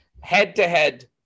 head-to-head